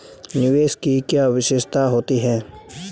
निवेश की क्या विशेषता होती है?